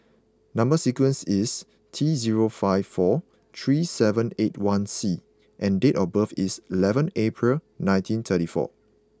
number sequence is T zero five four three seven eight one C and date of birth is eleventh April nineteen thirty four